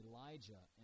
Elijah